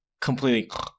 completely